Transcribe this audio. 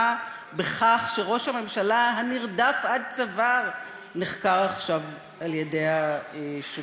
בכך שראש הממשלה הנרדף עד צוואר נחקר עכשיו על-ידי השוטרים.